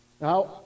Now